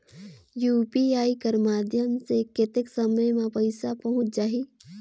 UPI कर माध्यम से कतेक समय मे पइसा पहुंच जाहि?